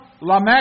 Lamech